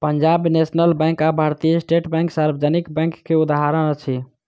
Punjab national bank आ Bharatiya state bank सार्वजनिक bank के उदाहरण अछि